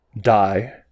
die